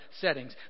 settings